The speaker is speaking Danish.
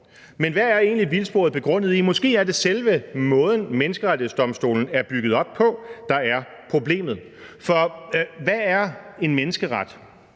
Men hvad er vildsporet egentlig begrundet i? Måske er det selve måden, som Menneskerettighedsdomstolen er bygget op på, der er problemet. For hvad er en menneskeret?